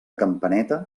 campaneta